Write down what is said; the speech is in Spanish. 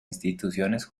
instituciones